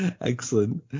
excellent